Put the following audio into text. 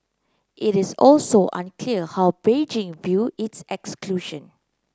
it is also unclear how Beijing view its exclusion